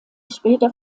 später